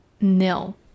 Nil